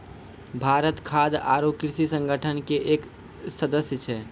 भारत खाद्य आरो कृषि संगठन के एक सदस्य छै